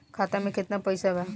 खाता में केतना पइसा बा?